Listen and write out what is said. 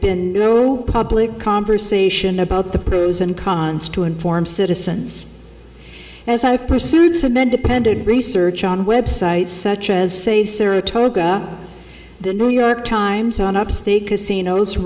been no public conversation about the pros and cons to inform citizens as i pursued so many depended research on websites such as say saratoga the new york times on ups the casinos